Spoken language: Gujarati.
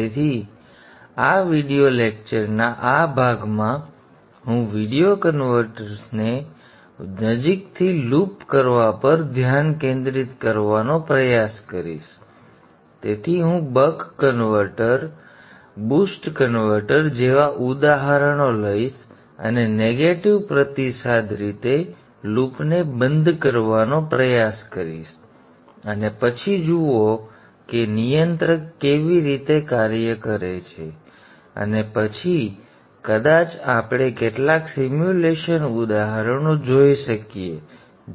તેથી વિડિઓ લેક્ચર ના આ વિભાગમાં હું કન્વર્ટર્સને નજીકથી લૂપ કરવા પર ધ્યાન કેન્દ્રિત કરવાનો પ્રયાસ કરીશ તેથી હું બક કન્વર્ટર બૂસ્ટ કન્વર્ટર જેવા ઉદાહરણો લઈશ અને નેગેટિવ પ્રતિસાદ રીતે લૂપને બંધ કરવાનો પ્રયાસ કરીશ અને પછી જુઓ કે નિયંત્રક કેવી રીતે કાર્ય કરે છે અને પછી કદાચ આપણે કેટલાક સિમ્યુલેશન ઉદાહરણો જોઈ શકીએ